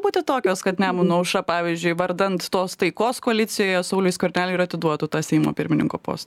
būtų tokios kad nemuno aušra pavyzdžiui vardan tos taikos koalicijoje sauliui skverneliui ir atiduotų tą seimo pirmininko postą